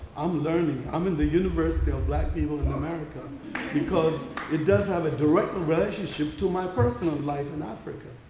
i'm learning. i'm in the university of black people in america because it does have a direct relationship to my personal life in africa.